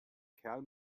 kerl